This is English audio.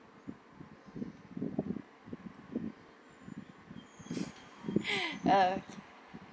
okay